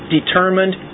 Determined